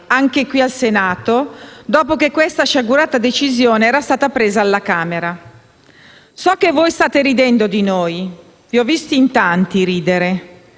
anche qui al Senato, dopo che questa sciagurata decisione è stata presa alla Camera dei deputati. So che voi state ridendo di noi. Vi ho visti ridere